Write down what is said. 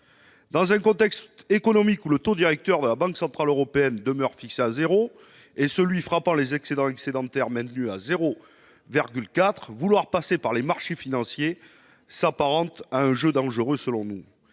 Dans un contexte économique où le taux directeur de la Banque centrale européenne demeure fixé à zéro, et où celui qui frappe les excédents est maintenu à 0,4 %, vouloir passer par les marchés financiers s'apparente, selon nous,